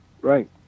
Right